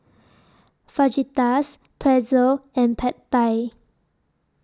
Fajitas Pretzel and Pad Thai